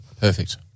Perfect